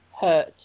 hurt